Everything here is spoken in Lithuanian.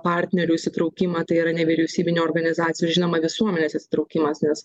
partnerių įsitraukimą tai yra nevyriausybinių organizacijų žinoma visuomenės įsitraukimas nes